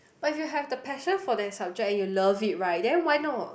but if you have the passion for that subject and you love it right then why not